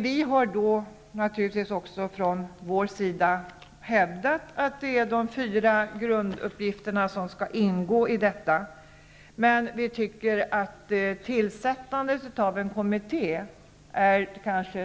Vi har då från vår sida naturligtvis hävdat att de fyra grunduppgifterna skall ingå i detta, men vi tycker att tillsättandet av en kommitté är